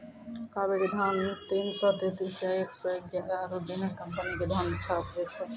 कावेरी धान तीन सौ तेंतीस या एक सौ एगारह आरु बिनर कम्पनी के धान अच्छा उपजै छै?